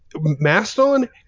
mastodon